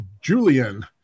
Julian